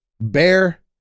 bear